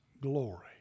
glory